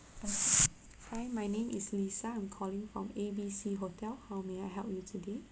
uh hi my name is lisa I'm calling from A B C hotel how may I help you today